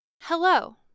Hello